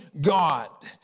God